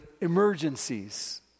emergencies